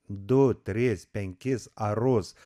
du tris penkis arus